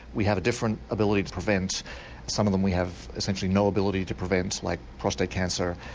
we have a different ability to prevent some of them we have essentially no ability to prevent like prostate cancer.